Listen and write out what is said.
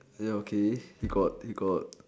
ya okay he got he got